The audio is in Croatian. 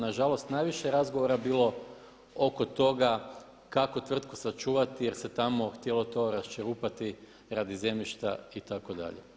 Na žalost najviše razgovora je bilo oko toga kako tvrtku sačuvati jer se tamo htjelo to raščerupati radi zemljišta itd.